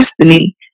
destiny